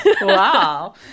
Wow